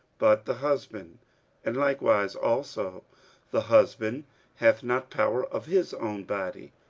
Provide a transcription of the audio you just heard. but the husband and likewise also the husband hath not power of his own body,